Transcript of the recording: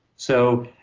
so,